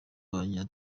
abanya